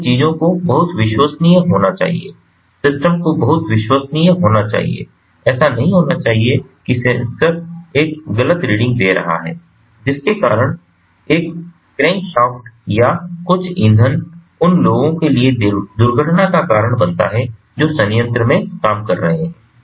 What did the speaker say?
इसलिए चीजों को बहुत विश्वसनीय होना चाहिए सिस्टम को बहुत विश्वसनीय होना चाहिए ऐसा नहीं होना चाहिए कि सेंसर एक गलत रीडिंग दे रहा है जिसके कारण एक क्रैंकशाफ्ट या कुछ ईंधन उन लोगों के लिए दुर्घटना का कारण बनता है जो संयंत्र में काम कर रहे हैं